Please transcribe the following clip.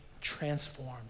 transformed